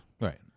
Right